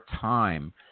time